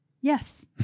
Yes